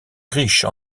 riche